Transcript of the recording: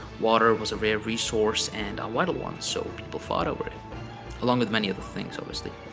water was a rare resource and a vital one. so people fought over it along with many other things obviously.